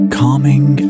calming